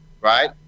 Right